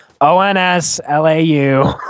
o-n-s-l-a-u